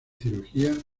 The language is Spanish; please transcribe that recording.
cirugía